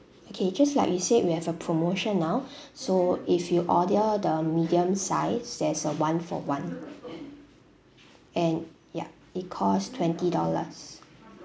okay just like you said we have a promotion now so if you order the medium size there's a one for one and yup it costs twenty dollars